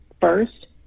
First